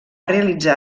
realitzar